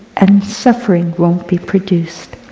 and suffering won't be produced.